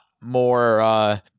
more